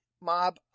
Mob